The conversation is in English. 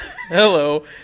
Hello